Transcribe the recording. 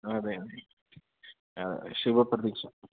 ആ അതെ അതെ ആഹ് ശുഭ പ്രതീക്ഷ